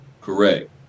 Correct